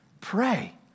pray